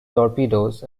torpedoes